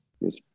Yes